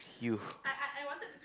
you